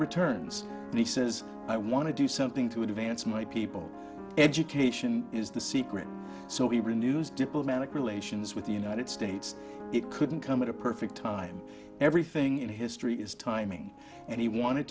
returns and he says i want to do something to advance my people education is the secret so he renews diplomatic relations with the united states it couldn't come at a perfect time everything in history is timing and he wanted